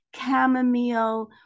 chamomile